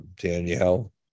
Danielle